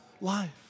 Life